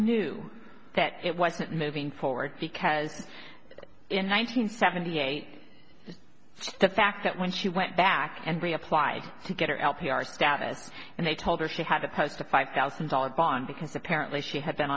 knew that it wasn't moving forward because in one nine hundred seventy eight the fact that when she went back and reapplied to get her l p r status and they told her she had to post a five thousand dollars bond because apparently she had been